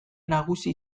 nagusi